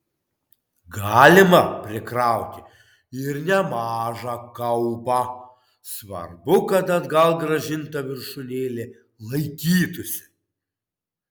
galima prikrauti ir nemažą kaupą svarbu kad atgal grąžinta viršūnėlė laikytųsi